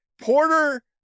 Porter